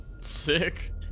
Sick